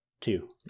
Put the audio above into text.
two